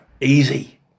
easy